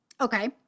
okay